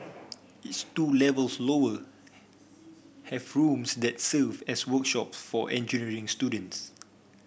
its two levels lower have rooms that serve as workshop for engineering students